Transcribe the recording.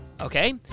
Okay